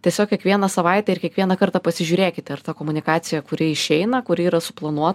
tiesiog kiekvieną savaitę ir kiekvieną kartą pasižiūrėkite ar ta komunikacija kuri išeina kuri yra suplanuo